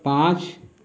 पाँच